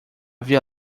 via